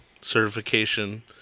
certification